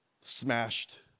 smashed